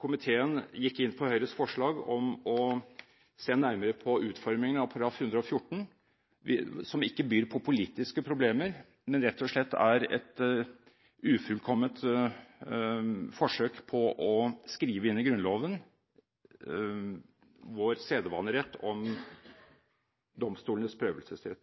komiteen gikk inn for Høyres forslag om å se nærmere på utformingen av § 114, som ikke byr på politiske problemer, men rett og slett er et ufullkomment forsøk på å skrive inn i Grunnloven vår sedvanerett om domstolenes prøvelsesrett.